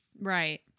Right